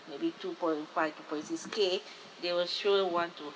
maybe two-point-five two-point-six K they will sure want to